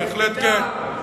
בהחלט כן,